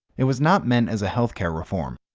it was not meant as a health care reform.